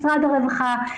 משרד הרווחה,